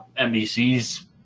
NBC's